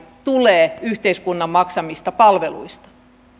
tulee yhteiskunnan maksamista palveluista